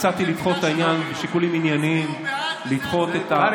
אתם ממשלת הונאה, אי-אפשר להאמין למילה שלכם.